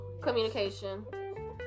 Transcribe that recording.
Communication